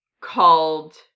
called